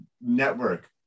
network